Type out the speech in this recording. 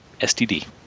STD